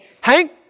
Hank